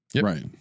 Right